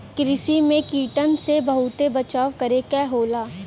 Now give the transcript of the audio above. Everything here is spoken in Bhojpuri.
कृषि में कीटन से बहुते बचाव करे क होला